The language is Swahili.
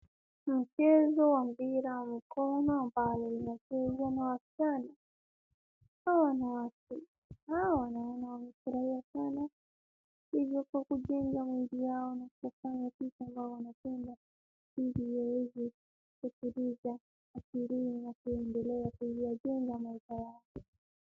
Mchezo wa mpira wa mkono ambao unachezwa na wasichana, hawa ni wanafurahia sana hivyo kwa kujenga nchi yao na kufanya kitu ambayo wanapenda ili waweze na kuendelea kuyajenga maisha yao.